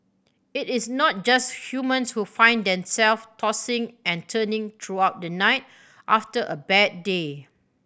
it is not just humans who find themself tossing and turning throughout the night after a bad day